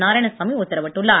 நாராயணசாமி உத்தரவிட்டுள்ளார்